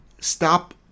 Stop